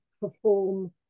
perform